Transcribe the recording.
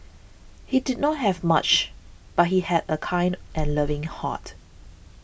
he did not have much but he had a kind and loving heart